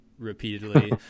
repeatedly